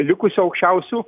likusių aukščiausių